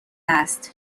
است